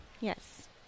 Yes